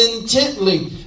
intently